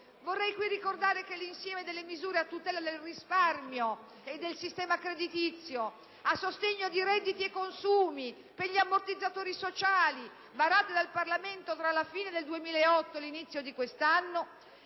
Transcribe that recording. Vorrei qui ricordare che l'insieme delle misure a tutela del risparmio e del sistema creditizio, a sostegno di redditi e consumi, per gli ammortizzatori sociali, varate dal Parlamento tra la fine del 2008 e l'inizio di questo anno,